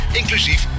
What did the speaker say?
inclusief